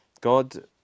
God